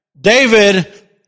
David